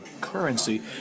currency